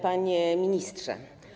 Panie Ministrze!